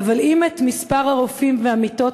אבל אם את מספר הרופאים והמיטות,